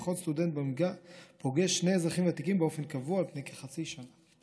וכל סטודנט במלגה פוגש שני אזרחים ותיקים באופן קבוע על פני חצי שנה.